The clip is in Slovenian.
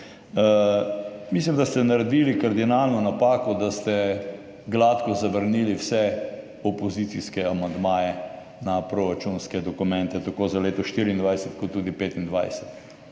mislim, da ste naredili kardinalno napako, da ste gladko zavrnili vse opozicijske amandmaje na proračunske dokumente tako za leto 2024 kot tudi 2025.